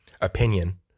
opinion